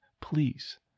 Please